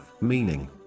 Meaning